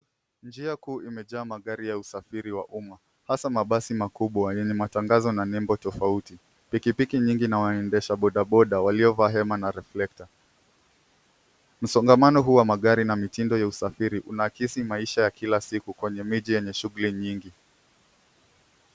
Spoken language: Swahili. Njia kuu imejaa magari ya usafiri wa umma hasa mabasi makubwa yenye matangazo na nembo tofauti. Pikipiki nyingi na waendesha boda boda waliovaa hema na reflector . Msongamano huu wa magari na mitindo ya usafiri unaakisi maisha ya kila siku kwenye miji yenye shughuli nyingi.